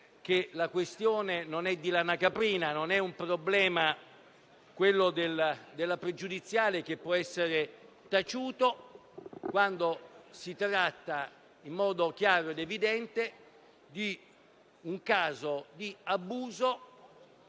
che la questione non è di lana caprina. Non è un problema, quello della pregiudiziale, che può essere taciuto, quando si tratta in modo chiaro di un caso di abuso